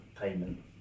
payment